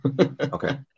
Okay